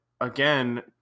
again